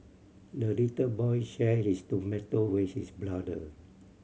the little boy shared his tomato with his brother